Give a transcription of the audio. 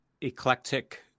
eclectic